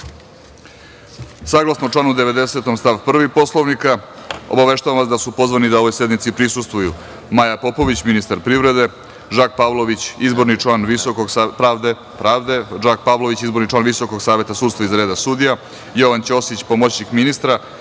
redu. Saglasno članu 90. stav 1. Poslovnika, obaveštavam vas da su pozvani da ovoj sednici prisustvuju Maja Popović, ministar privrede, Žak Pavlović, izborni član VSS iz reda sudija, Jovan Ćosić, pomoćnik ministra,